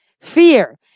Fear